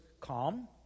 calm